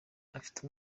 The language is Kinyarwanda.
afite